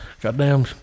Goddamn